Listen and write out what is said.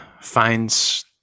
finds